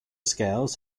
scales